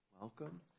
Welcome